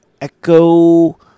Echo